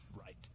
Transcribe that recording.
Right